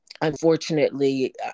unfortunately